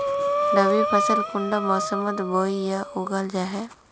रवि फसल कुंडा मोसमोत बोई या उगाहा जाहा?